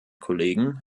kollegen